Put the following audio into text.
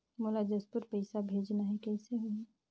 मोला जशपुर पइसा भेजना हैं, कइसे होही?